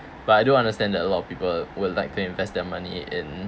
but I do understand that a lot of people would like to invest their money in